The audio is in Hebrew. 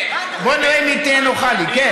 בוא נראה אם היא תהיה נוחה לי, כן.